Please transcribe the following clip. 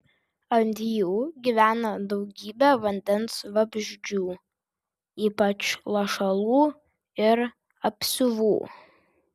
ant jų gyveno daugybė vandens vabzdžių ypač lašalų ir apsiuvų